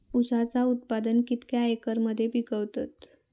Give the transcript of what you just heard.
ऊसाचा उत्पादन कितक्या एकर मध्ये पिकवतत?